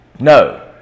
No